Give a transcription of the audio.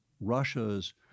Russia's